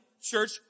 church